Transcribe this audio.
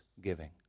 giving